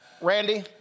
Randy